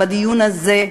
בדיון הזה,